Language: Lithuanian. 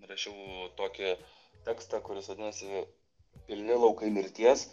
rašiau tokį tekstą kuris vadinasi pilni laukai mirties